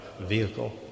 vehicle